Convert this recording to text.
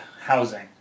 housing